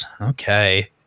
okay